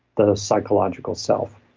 the psychological self,